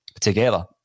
together